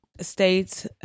states